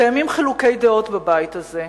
קיימים חילוקי דעות בבית הזה.